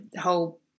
whole